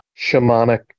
shamanic